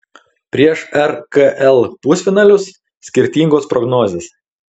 prieš rkl pusfinalius skirtingos prognozės